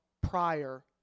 prior